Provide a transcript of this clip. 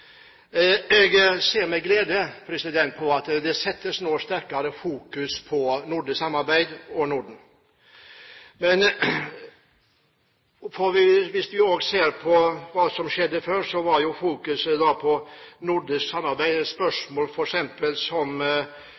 Jeg ser med glede på at det nå fokuseres sterkere på nordisk samarbeid og Norden. Men hvis vi ser på hva som skjedde før, var fokuset på nordisk samarbeid, og spørsmål som